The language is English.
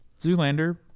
Zoolander